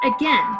again